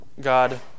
God